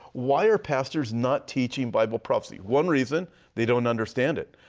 why are pastors not teaching bible prophecy? one reason they don't understand it.